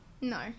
no